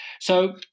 So-